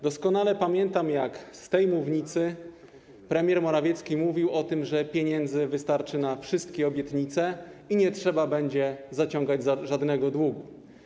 Doskonale pamiętam, jak z tej mównicy premier Morawiecki mówił o tym, że pieniędzy wystarczy na wszystkie obietnice i nie trzeba będzie zaciągać żadnego długu.